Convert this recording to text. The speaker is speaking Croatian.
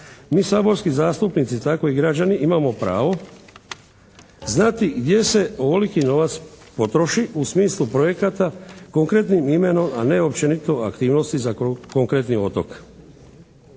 Mi saborski zastupnici tako i građani imamo pravo znati gdje se ovoliki novac potroši u smislu projekata konkretnim imenom, a ne općenito aktivnosti za konkretni otok.